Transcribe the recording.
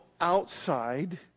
outside